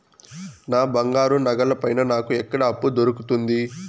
నా బంగారు నగల పైన నాకు ఎక్కడ అప్పు దొరుకుతుంది